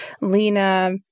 Lena